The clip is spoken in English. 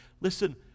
listen